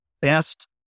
best